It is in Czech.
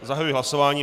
Zahajuji hlasování.